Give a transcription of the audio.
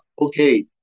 okay